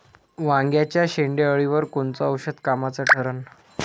वांग्याच्या शेंडेअळीवर कोनचं औषध कामाचं ठरन?